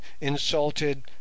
insulted